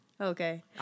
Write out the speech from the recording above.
Okay